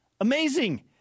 Amazing